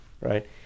right